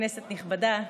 כנסת נכבדה,